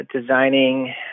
designing